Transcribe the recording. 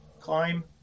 Climb